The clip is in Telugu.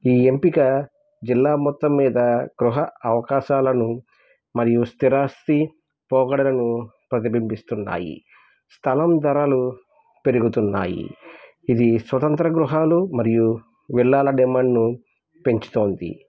ఈ ఎంపిక జిల్లా మొత్తం మీద గృహ అవకాశాలను మరియు స్థిరాస్తి పొగడలను ప్రతిబింబిస్తున్నాయి స్థలం ధరలు పెరుగుతున్నాయి ఇది స్వతంత్ర గృహాలు మరియు విల్లాల డిమాండ్ను పెంచుతుంది